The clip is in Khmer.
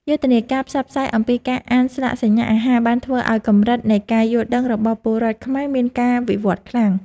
យុទ្ធនាការផ្សព្វផ្សាយអំពីការអានស្លាកសញ្ញាអាហារបានធ្វើឱ្យកម្រិតនៃការយល់ដឹងរបស់ពលរដ្ឋខ្មែរមានការវិវត្តខ្លាំង។